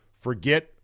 Forget